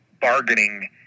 bargaining